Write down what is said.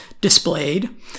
displayed